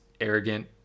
arrogant